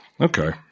Okay